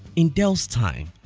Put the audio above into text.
in dell's time,